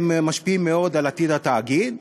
משפיעים מאוד על עתיד התאגיד,